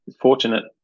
fortunate